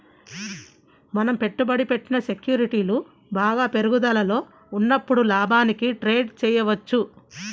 మనం పెట్టుబడి పెట్టిన సెక్యూరిటీలు బాగా పెరుగుదలలో ఉన్నప్పుడు లాభానికి ట్రేడ్ చేయవచ్చు